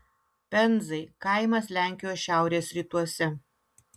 penzai kaimas lenkijos šiaurės rytuose